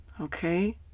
Okay